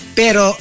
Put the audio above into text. pero